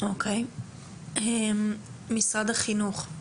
משרד החינוך,